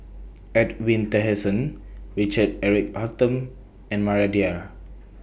Edwin Tessensohn Richard Eric Holttum and Maria Dyer